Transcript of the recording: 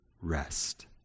rest